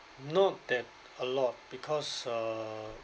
not that a lot because uh